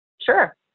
Sure